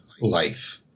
life